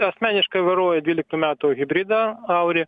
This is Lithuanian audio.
asmeniškai vairuoju dvyliktų metų hibridą aurį